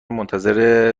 منتظر